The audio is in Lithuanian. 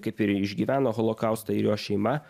kaip ir išgyveno holokaustą ir jo šeima